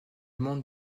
monde